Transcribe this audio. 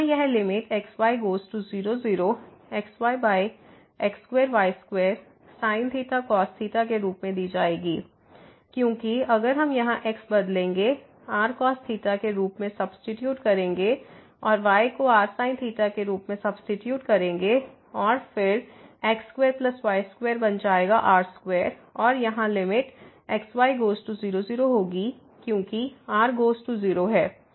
तो यहाँ यह limit x y goes to 0 0 xy x2 y2 sin ϴ cos ϴ के रूप में दी जाएगी क्योंकि अगर हम यहाँ x बदलेंगे rcos ϴ के रूप में सब्सीट्यूट करेंगे और y को rsin ϴ के रूप में सब्सीट्यूट करेंगे और फिर x2 y2 बन जाएगा r2 और यहाँ limit x y goes to 0 0 होगी क्योंकि r गोज़ टू 0 है